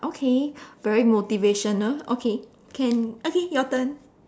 okay very motivational okay can okay your turn